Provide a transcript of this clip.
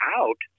out